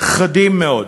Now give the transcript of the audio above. חדים מאוד.